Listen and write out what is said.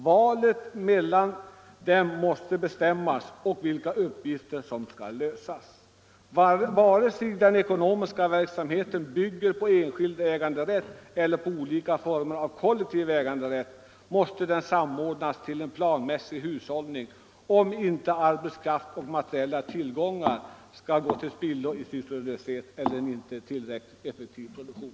Valet mellan dem måste bestämmas av vilka uppgifter som skall lösas. Vare sig den ekonomiska verksamheten bygger på enskild äganderätt eller på olika former av kollektiv äganderätt, måste den samordnas till en planmässig hushållning, om inte arbetskraft och materiella tillgångar skall gå till spillo i sysslolöshet eller i en inte tillräckligt effektiv produktion.”